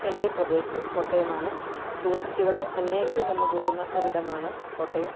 എന്റെ പ്രദേശം കോട്ടയമാണ് ടൂറിസ്റ്റുകൾ അനേകർ വന്നുപോകുന്ന ഒരിരിടമാണ് കോട്ടയം